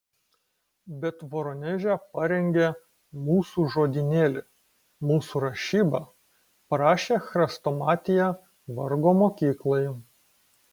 bet voroneže parengė mūsų žodynėlį mūsų rašybą parašė chrestomatiją vargo mokyklai